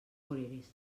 voreres